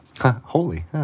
Holy